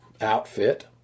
outfit